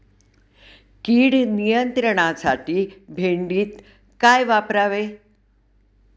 कीड नियंत्रणासाठी भेंडीत काय वापरावे?